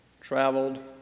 traveled